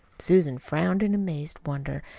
susan frowned in amazed wonder,